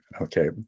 Okay